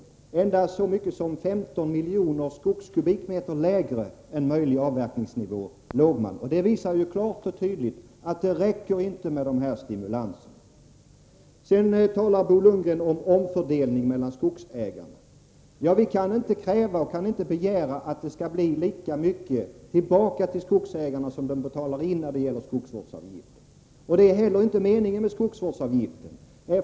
Avverkningarna kunde ligga ända ned till 15 miljoner skogskubikmeter lägre än den möjliga avverkningsnivån. Det visar klart och tydligt att det inte räcker med bara stimulanser. Bo Lundgren talade om omfördelning mellan skogsägarna. Vi kan inte kräva och begära att skogsägarna skall få tillbaka lika mycket av skogsvårdsavgiften som de betalar in. Det är inte heller meningen med skogsvårdsavgiften.